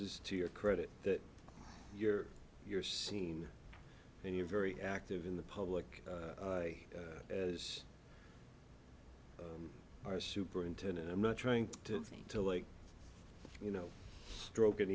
is to your credit that your your scene and you're very active in the public eye as our superintendent i'm not trying to me like you know stroke an